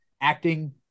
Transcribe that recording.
acting